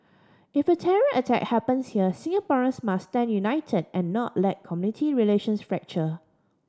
if a terror attack happens here Singaporeans must stand united and not let community relations fracture